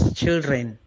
children